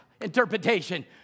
interpretation